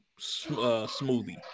Smoothie